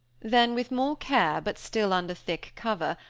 then, with more case, but still under thick cover,